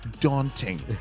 daunting